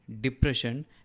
depression